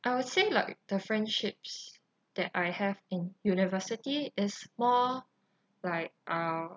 I would say like the friendships that I have in university is more like uh